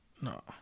No